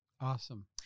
Awesome